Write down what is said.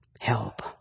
help